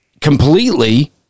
completely